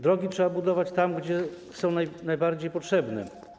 Drogi trzeba budować tam, gdzie są najbardziej potrzebne.